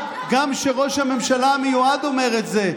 אתם תגידו את אותו דבר גם כשראש הממשלה המיועד אומר את זה.